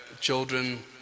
children